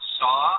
saw